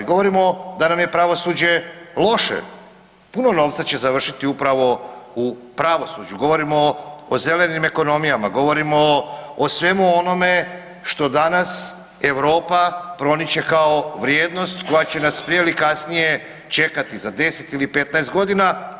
Govorimo da nam je pravosuđe loše, puno novca će završiti upravo u pravosuđu, govorimo o zelenim ekonomijama, govorimo o svemu onome što danas Europa promiče kao vrijednost koja će nas prije ili kasnije čekati za 10 ili 15 godina.